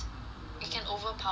it can overpower